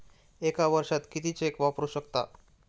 एका वर्षात किती चेक वापरू शकता?